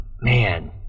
man